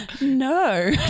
No